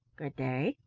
good-day,